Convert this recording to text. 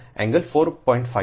4 45